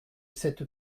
cette